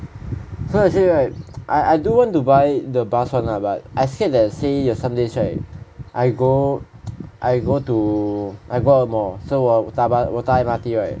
so I say right I I do want to buy the bus [one] lah but I scared let's say somedays right I go I go to I go out more so that 我搭 M_R_T right